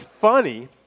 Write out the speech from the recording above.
funny